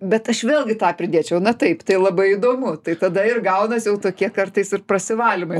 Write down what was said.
bet aš vėlgi tą pridėčiau na taip tai labai įdomu tai tada ir gaunas jau tokie kartais ir prasivalymai